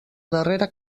darrera